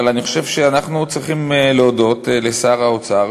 אבל אני חושב שאנחנו צריכים להודות לשר האוצר